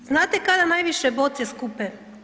Znate kada najviše boce skupe?